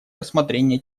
рассмотрения